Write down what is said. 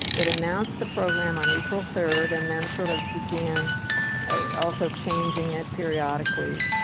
it announced the program on april third and then sort of began also changing it periodically.